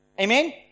Amen